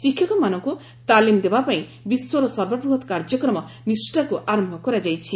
ଶିକ୍ଷକମାନଙ୍କୁ ତାଲିମ୍ ଦେବାପାଇଁ ବିଶ୍ୱର ସର୍ବବୃହତ୍ କାର୍ଯ୍ୟକ୍ରମ ନିଷ୍ଠାକୁ ଆରମ୍ଭ କରାଯାଇଛି